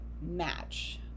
match